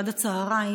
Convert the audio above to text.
עד הצוהריים,